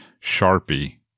Sharpie